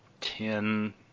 ten